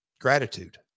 gratitude